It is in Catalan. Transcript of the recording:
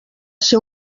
ser